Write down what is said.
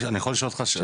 אני יכול לשאול שאלה?